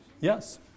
Yes